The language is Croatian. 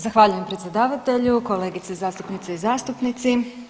Zahvaljujem predsjedavatelju, kolegice zastupnice i zastupnici.